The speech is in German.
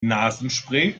nasenspray